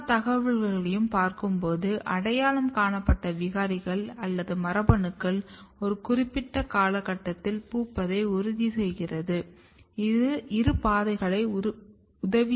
எல்லா தகவல்களையும் பார்க்கும்போது அடையாளம் காணப்பட்ட விகாரிகள் அல்லது மரபணுக்கள் ஒரு குறிப்பிட்ட காலகட்டத்தில் பூப்பதை உறுதி செய்வதற்கு இரு பாதைகளும் உதவி செய்கிறது